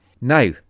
Now